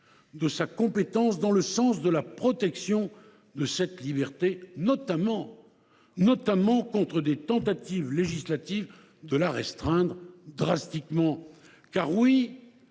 de sa compétence dans le sens de la protection de cette liberté, notamment contre des tentatives législatives de la restreindre drastiquement.